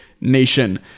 nation